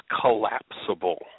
collapsible